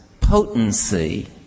potency